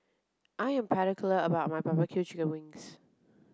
I am particular about my barbecue chicken wings